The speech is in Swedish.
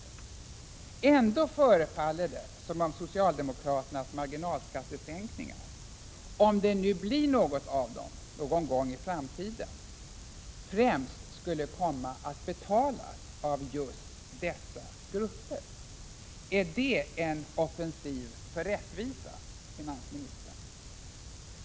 Ändå förefaller det som om socialdemokraternas marginalskattesänkningar — om det nu blir något av dem någon gång i framtiden — främst skulle komma att betalas av just dessa grupper. Är det en offensiv för rättvisa, finansministern?